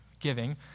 Giving